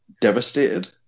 devastated